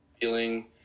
feeling